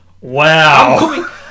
Wow